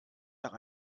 nach